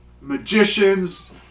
magicians